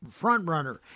frontrunner